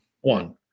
one